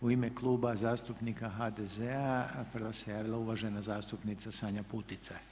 U ime Kluba zastupnika HDZ-a prva se javila uvažena zastupnica Sanja Putica.